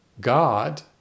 God